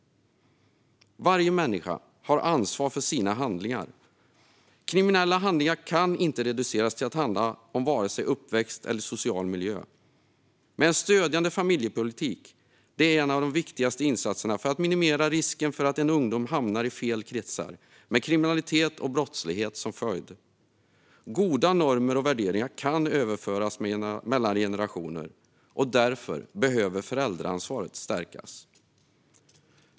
Varje människa har ansvar för sina handlingar. Kriminella handlingar kan inte reduceras till att handla om vare sig uppväxt eller social miljö. En stödjande familjepolitik är en av de viktigaste insatserna för att minimera risken för att en ung person hamnar i fel kretsar med kriminalitet och brottslighet som följd. Goda normer och värderingar kan överföras mellan generationer, och därför behöver föräldraansvaret stärkas.